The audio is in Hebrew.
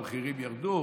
המחירים ירדו,